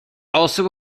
also